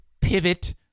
pivot